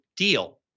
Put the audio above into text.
deal